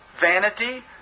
Vanity